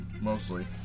mostly